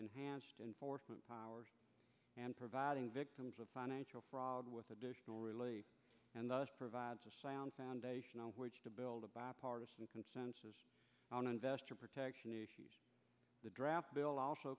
enhanced enforcement powers and providing victims of financial fraud with additional really and thus provides a sound foundation on which to build a bipartisan consensus on investor protection the draft bill also